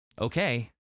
okay